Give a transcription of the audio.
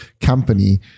company